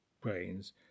brains